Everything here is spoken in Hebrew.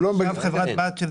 הם לא מגיעים למקסימלית,